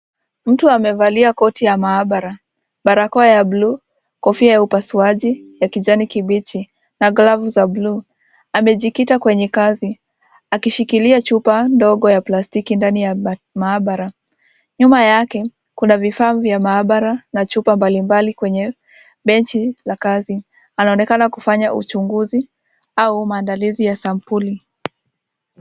Mtu amevalia koti ya maabara, barakoa ya buluu, kofia ya upasuaji ya kijani kibichi na glavu za buluu. Amejikita kwenye kazi, akishikilia chupa ndogo ya plastiki ndani ya maabara. Nyuma yake, kuna vifaa vya maabara na chupa mbalimbali kwenye benchi la kazi. Anaonekana kufanya uchunguzi au maandalizi ya sampuli.